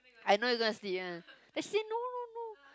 I know you gonna sleep one then she say no no no